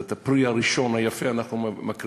אז את הפרי הראשון היפה אנחנו מקריבים,